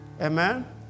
Amen